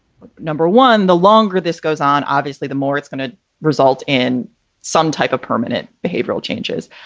number one, the longer this goes on, obviously, the more it's going to result in some type of permanent behavioral changes.